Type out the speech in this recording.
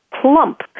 plump